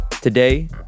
Today